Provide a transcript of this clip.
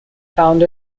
found